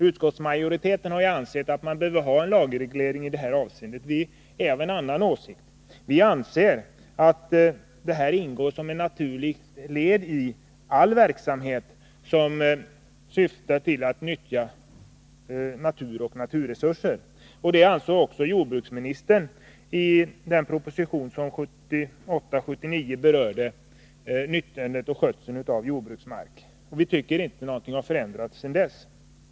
Utskottsmajoriteten har ansett att man behöver ha en lagreglering i det här avseendet. Vi är av en annan åsikt. Vi anser att detta hänsynstagande ingår som ett naturligt led i all verksamhet som syftar till att nyttja natur och naturresurser. Det ansåg också jordbruksministern i den proposition från 1978/79 som berörde nyttjandet och skötseln av jordbruksmark. Vi tycker inte att någonting har förändrats sedan dess.